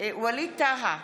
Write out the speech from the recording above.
ווליד טאהא,